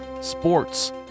sports